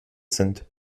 sind